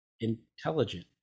intelligent